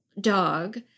dog